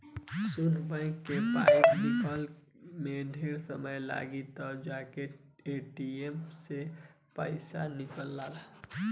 सुन बैंक से पइसा निकाले में ढेरे समय लागी त जाके ए.टी.एम से पइसा निकल ला